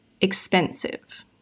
Expensive